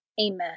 Amen